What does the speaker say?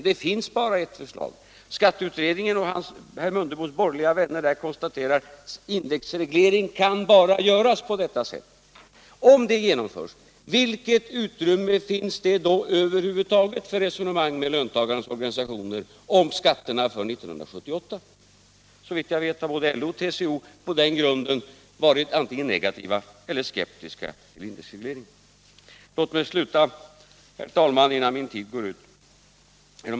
Eftersom herr Mundebo talade om resonemanget med löntagarnas organisationer är min fråga: Om riksdagen i höst beslutar indexreglerade skatteskalor, vilket utrymme finns det då över huvud taget för resonemang med löntagarnas organisationer om skatterna för 1978? Såvitt jag vet har både LO och TCO på den grunden varit antingen negativa eller skeptiska till indexregleringen.